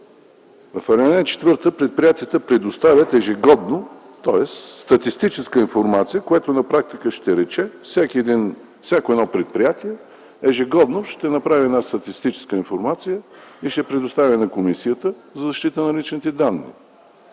В ал. 4 – предприятията предоставят ежегодно, тоест статистическа информация, което на практика ще рече, всяко едно предприятие ежегодно ще направи една статистическа информация и ще я предостави на Комисията за защита на личните данни.